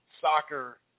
soccer